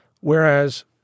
Whereas